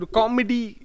comedy